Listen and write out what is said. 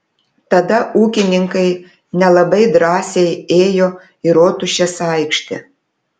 tada ūkininkai nelabai drąsiai ėjo į rotušės aikštę